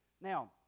Now